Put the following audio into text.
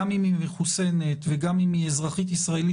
גם אם היא מחוסנת וגם אם אזרחית ישראלית